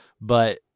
But-